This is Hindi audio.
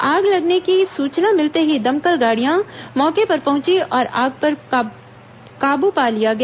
आग लगने की सुचना मिलते ही दमकल गाड़ियां मौके पर पहुंची और आग पर काबू पा लिया गया